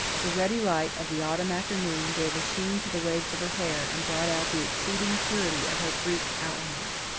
the ruddy light of the autumn afternoon gave a sheen to the waves of her hair and brought out the exceeding purity of her greek outlines.